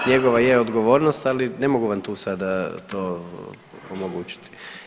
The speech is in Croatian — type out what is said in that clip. Njegova je odgovornost, ali ne mogu vam tu sada to omogućiti.